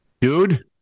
Dude